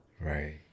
right